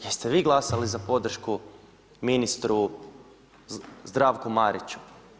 Jeste vi glasali za podršku ministru Zdravku Mariću?